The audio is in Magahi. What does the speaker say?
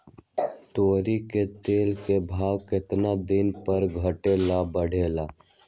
तोरी के तेल के भाव केतना दिन पर घटे ला बढ़े ला?